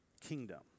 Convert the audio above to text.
kingdom